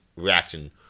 reaction